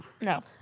No